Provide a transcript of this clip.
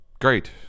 Great